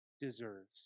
deserves